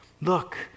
look